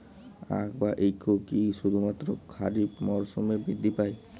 আখ বা ইক্ষু কি শুধুমাত্র খারিফ মরসুমেই বৃদ্ধি পায়?